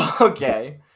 Okay